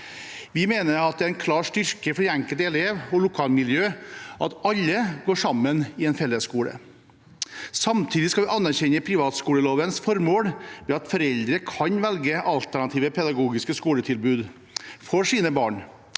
Vi mener det er en klar styrke for den enkelte elev og lokalmiljøet at alle går sammen i en fellesskole. Samtidig skal vi anerkjenne privatskolelovens formål ved at foreldre kan velge alternative pedagogiske skoletilbud for sine barn.